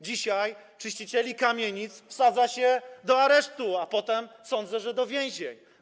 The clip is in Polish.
Dzisiaj czyścicieli kamienic wsadza się do aresztu, a potem, jak sądzę, do więzień.